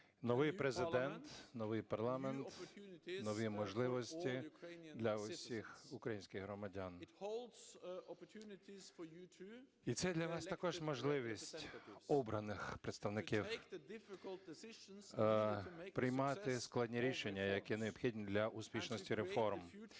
новий Президент, новий парламент, нові можливості для всіх українських громадян. І це для вас також можливість, обраних представників, приймати складні рішення, які необхідні для успішності реформ,